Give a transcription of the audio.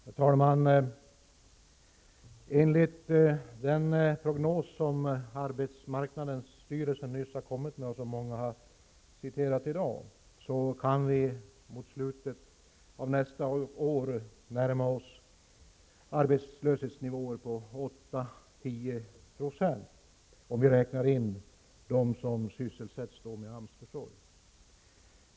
Herr talman! Enligt den prognos som arbetsmarknadsstyrelsen nyss kommit med och som många citerat i dag, kan vi mot slutet av nästa år komma att närma oss arbetslöshetsnivåer på 8-- 10 % om vi räknar in dem som sysselsätts genom AMS försorg.